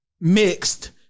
mixed